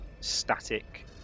static